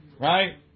Right